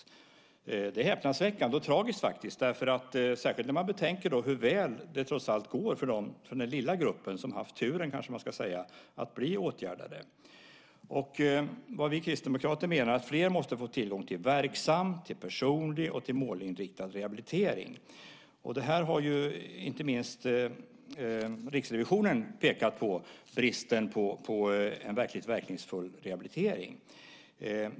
Detta är både häpnadsväckande och tragiskt, särskilt när man betänker hur väl det trots allt går för den lilla grupp som haft turen att bli åtgärdade. Vi kristdemokrater anser att fler måste få tillgång till verksam, personlig och målinriktad rehabilitering. Inte minst Riksrevisionen har pekat på bristen på en verkligt verkningsfull rehabilitering.